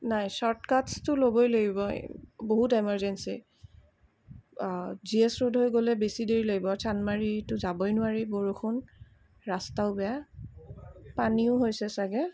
নাই শ্বৰ্ট কাটচটো ল'বই লাগিব বহুত এমাৰ্জেঞ্চী জি এচ ৰোড হৈ গ'লে বেছি দেৰি লাগিব চানমাৰিটো যাবই নোৱাৰি বৰষুণ ৰাস্তাও বেয়া পানীও হৈছে চাগে